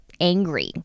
angry